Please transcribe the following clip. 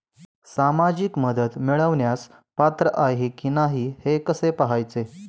सामाजिक मदत मिळवण्यास पात्र आहे की नाही हे कसे पाहायचे?